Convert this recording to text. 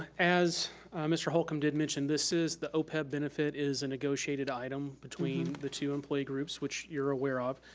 as mr. holcomb did mention, this is, the opeb benefit is a negotiated item between the two employee groups, which you're aware of.